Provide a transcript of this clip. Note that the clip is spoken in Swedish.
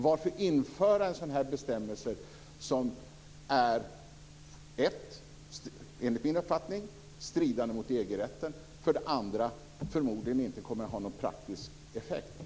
Varför ska man införa en sådan här bestämmelse som för det första enligt min uppfattning strider mot EG-rätten, för det andra förmodligen inte kommer att ha någon praktisk effekt?